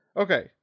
okay